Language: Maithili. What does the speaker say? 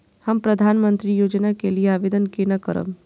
हम प्रधानमंत्री योजना के लिये आवेदन केना करब?